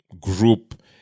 group